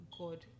god